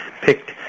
picked